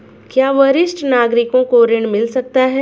क्या वरिष्ठ नागरिकों को ऋण मिल सकता है?